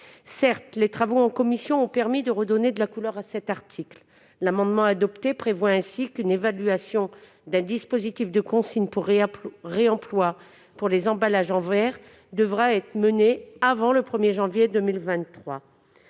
Certes, les travaux en commission ont permis de redonner de la couleur à cet article : l'amendement qu'elle a adopté a ainsi pour objet qu'une évaluation des dispositifs de consigne aux fins de réemploi pour les emballages en verre devra être menée avant le 1 janvier 2023